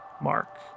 mark